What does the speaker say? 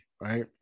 right